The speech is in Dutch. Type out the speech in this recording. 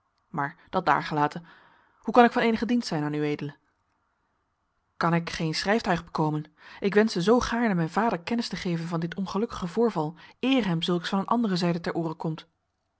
maar dat daargelaten hoe kan ik van eenigen dienst zijn aan ued kan ik geen schrijftuig bekomen ik wenschte zoo gaarne mijn vader kennis te geven van dit ongelukkige voorval eer hem zulks van een andere zijde ter ooren komt